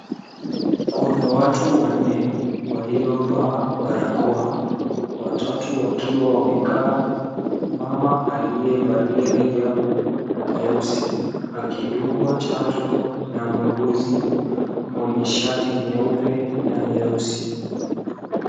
Kuna watu wanne waliovaa barakoa, watatu wakiwa wamekaa. Mama aliyevalia hijabu nyeusi akidungwa chanjo na muuguzi mwenye shati nyeupe na nyeusi.